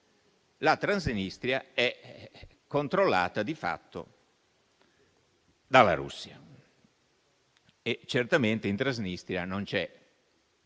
la Transnistria è controllata di fatto dalla Russia. Certamente in Transnistria non ci